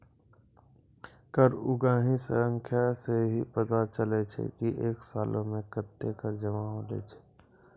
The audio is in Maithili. कर उगाही सं ही पता चलै छै की एक सालो मे कत्ते कर जमा होलो छै